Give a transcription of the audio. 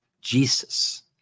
Jesus